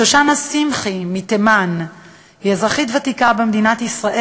שושנה שמחי מתימן היא אזרחית ותיקה במדינת ישראל.